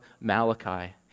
Malachi